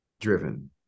driven